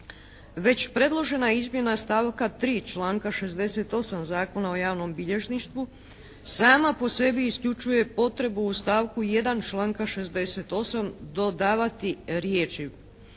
već predložena izmjena stavka 3. članka 68. Zakona o javnom bilježništvu sama po sebi isključuje potrebu u stavku 1. članka 68. dodavati riječi